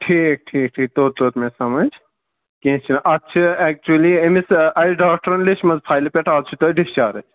ٹھیٖک ٹھیٖک ٹھیٖک توٚر توٚر مے سمج کینٛہہ چھُنہٕ اَتھ چھُ اٮ۪کچُلی أمِس آسہِ ڈاکٹرن لٮ۪چھمٕژ فایلہِ پٮ۪ٹھ آز چھُ تۄہہِ ڈِسچارٕج